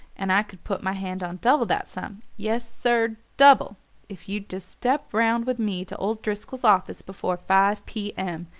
and i could put my hand on double that sum yes, sir, double if you'd just step round with me to old driscoll's office before five p. m.